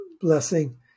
blessing